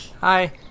Hi